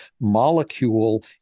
molecule